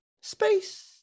space